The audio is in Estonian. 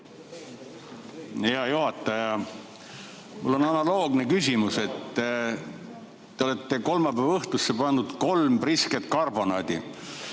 Hea juhataja! Mul on analoogne küsimus. Te olete kolmapäeva õhtusse pannud kolm prisket karbonaadi.